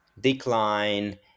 decline